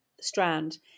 strand